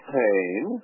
pain